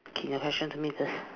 okay the question to me the